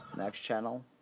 next channel